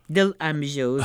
dėl amžiaus